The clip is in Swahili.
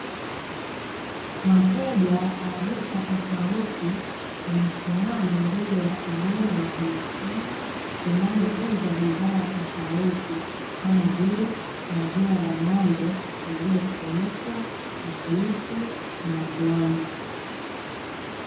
Wateja wa rika tofauti wamesimama mbele ya eneo la biashara, linalouza bidhaa tofauti kama vile maziwa ya ng'ombe yaliyochemshwa, mabichi, na mgando.